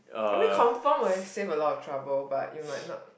I mean confirm will save a lot of trouble but you might not